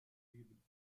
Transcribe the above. leben